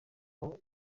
abo